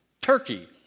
Turkey